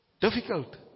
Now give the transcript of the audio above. Difficult